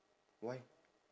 why